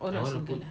oh not single lah